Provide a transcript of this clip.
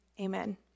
amen